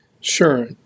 Sure